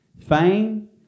fame